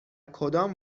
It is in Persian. کدام